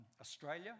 Australia